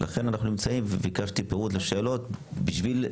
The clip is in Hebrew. לכן אנחנו נמצאים וביקשתי פירוט לשאלות בשביל למקד.